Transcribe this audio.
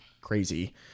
crazy